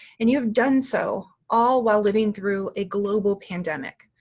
and you have done so all while living through a global pandemic,